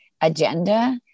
agenda